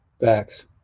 Facts